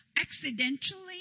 accidentally